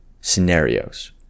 scenarios